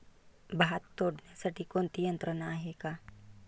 भात तोडण्यासाठी कोणती यंत्रणा आहेत का?